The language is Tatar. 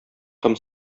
ком